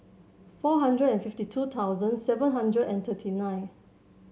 four hundred fifty two thousand seven hundred and thirty nine